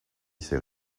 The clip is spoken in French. ces